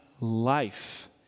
life